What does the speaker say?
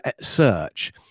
search